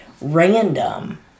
random